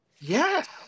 Yes